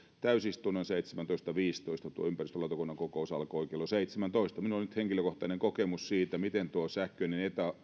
täysistunnon seitsemäntoista piste viisitoista tuo ympäristölautakunnan kokous alkoi kello seitsemäntoista minulla on nyt henkilökohtainen kokemus siitä miten tuo sähköinen